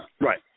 Right